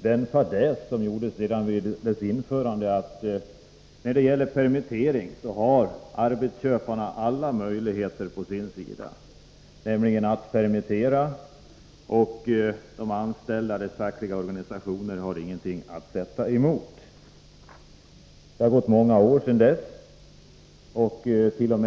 den fadäs som inträffade redan vid dess införande att återupprepas. Arbetsköparna har alla möjligheter att permittera, och de anställda och deras fackliga organisationer har ingenting att sätta emot. Det har gått många år sedan lagen först antogs. T. o. m.